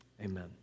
Amen